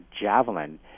javelin